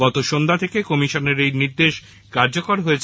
গত সন্ধ্যা থেকে কমিশনের এই নির্দেশ কার্যকর হয়েছে